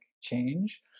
change